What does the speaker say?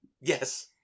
Yes